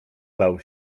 lał